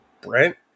Brent